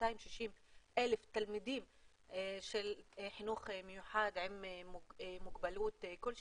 260,000 תלמידים של חינוך מיוחד עם מוגבלות כל שהיא,